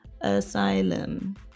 asylum